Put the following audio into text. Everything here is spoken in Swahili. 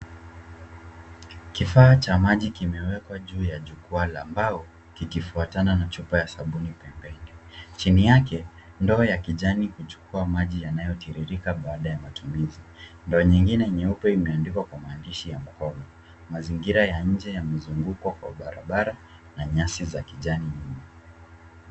Kifaa cha maji kimewekwa juu ya jukwaa la mbao kikifuatana na chupa ya sabuni pembeni. Chini yake ndoo ya kijani kuchukua maji yanayotiririka baada ya matumizi. Ndoo nyingine nyeupe imeandikwa kwa maandishi ya mkono. Mazingira ya nje yamezungukwa kwa barabara na nyasi za kijani nyingi.